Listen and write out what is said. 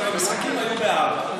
המשחקים היו ב-16:00,